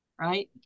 Right